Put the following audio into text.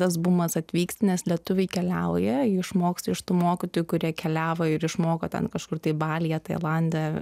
tas bumas atvyks nes lietuviai keliauja išmoksta iš tų mokytojų kurie keliavo ir išmoko ten kažkur tai balyje tailande